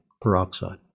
peroxide